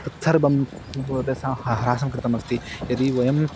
तत्सर्वं बहु तेषां ह् ह्रासं कृतमस्ति यदि वयम्